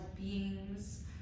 beings